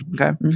okay